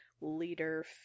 leader